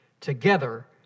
Together